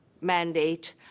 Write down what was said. mandate